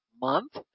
month